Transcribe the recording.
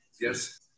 Yes